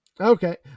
Okay